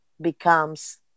becomes